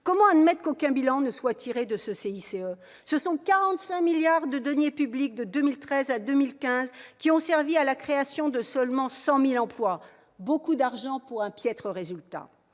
Comment admettre qu'aucun bilan ne soit tiré de ce CICE ? Ce sont 45 milliards de deniers publics, de 2013 à 2015, qui ont servi à la création de seulement 100 000 emplois : beaucoup d'argent pour un bien piètre résultat